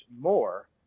more